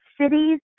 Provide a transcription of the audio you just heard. Cities